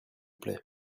plait